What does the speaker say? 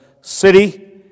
city